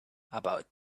about